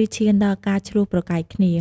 ឬឈានដល់ការឈ្លោះប្រកែកគ្នា។